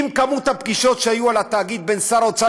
אם מספר הפגישות שהיו על התאגיד בין שר האוצר